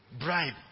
bribe